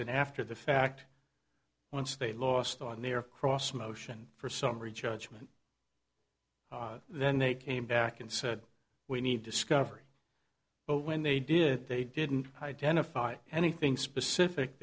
an after the fact once they lost on their cross motion for summary judgment then they came back and said we need discovery but when they did they didn't identify anything specific